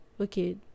Okay